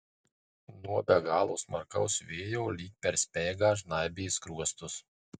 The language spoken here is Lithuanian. nuo be galo smarkaus vėjo lyg per speigą žnaibė skruostus